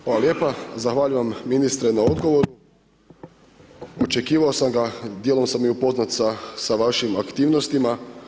Hvala lijepa, zahvaljujem ministre na odgovoru, očekivao sam ga dijelom sam i upoznat sa vašim aktivnostima.